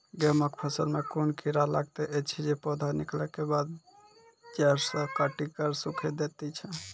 गेहूँमक फसल मे कून कीड़ा लागतै ऐछि जे पौधा निकलै केबाद जैर सऽ काटि कऽ सूखे दैति छै?